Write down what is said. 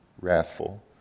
wrathful